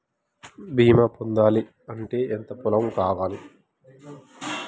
బీమా పొందాలి అంటే ఎంత పొలం కావాలి?